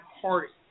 Party